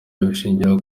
abishingira